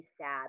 sad